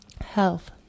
Health